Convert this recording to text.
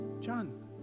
John